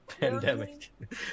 Pandemic